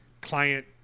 client